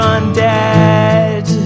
Undead